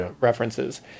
references